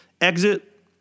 exit